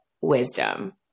wisdom